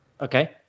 Okay